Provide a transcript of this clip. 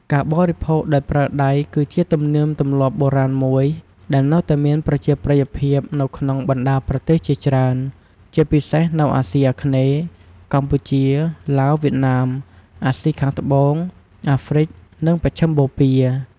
ការបរិភោគដោយប្រើដៃគឺជាទំនៀមទម្លាប់បុរាណមួយ ដែលនៅតែមានប្រជាប្រិយភាពនៅក្នុងបណ្តាប្រទេសជាច្រើន ជាពិសេសនៅ អាស៊ីអាគ្នេយ៍ (កម្ពុជា ឡាវ វៀតណាម...) អាស៊ីខាងត្បូង អាហ្រ្វិក និងមជ្ឈិមបូព៌ា។